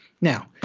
Now